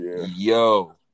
Yo